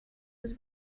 was